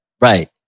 right